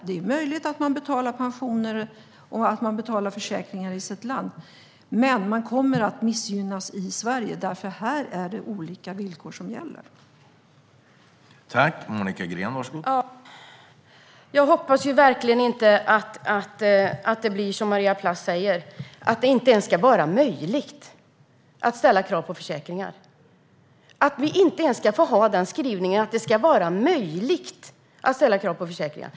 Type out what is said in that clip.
Det är möjligt att man betalar pensioner och försäkringar i företagets hemland, men man kommer att missgynnas i Sverige eftersom andra villkor gäller här.